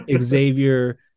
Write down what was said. Xavier